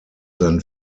than